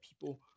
people